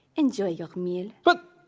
enjoy your meal. but,